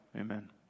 Amen